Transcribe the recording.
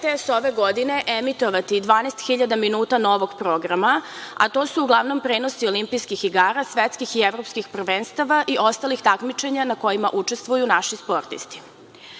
RTS ove godine emitovati 12.000 minuta novog programa, a to su uglavnom prenosi Olimpijskih igara i svetskih i evropskih prvenstava i ostalih takmičenja na kojima učestvuju naši sportisti. Radio